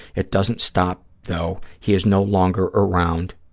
it doesn't stop though he is no longer around.